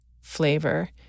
flavor